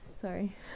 Sorry